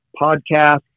podcast